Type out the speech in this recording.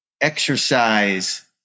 exercise